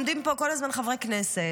עומדים פה כל הזמן חברי כנסת,